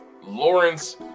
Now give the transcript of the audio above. Lawrence